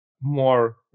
more